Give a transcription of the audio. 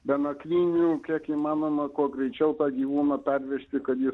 be nakvynių kiek įmanoma kuo greičiau tą gyvūną pervežti kad jis